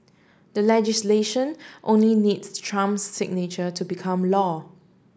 the legislation only needs Trump's signature to become law